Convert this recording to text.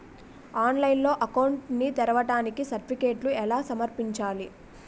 ఆన్లైన్లో అకౌంట్ ని తెరవడానికి సర్టిఫికెట్లను ఎలా సమర్పించాలి?